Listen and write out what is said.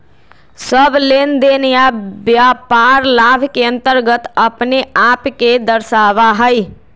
सब लेनदेन या व्यापार लाभ के अन्तर्गत अपने आप के दर्शावा हई